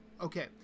okay